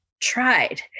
tried